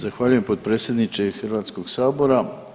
Zahvaljujem potpredsjedniče Hrvatskog sabora.